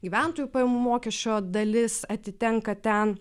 gyventojų pajamų mokesčio dalis atitenka ten